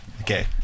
okay